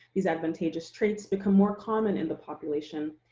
these advantageous traits become more common in the population,